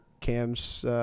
Cam's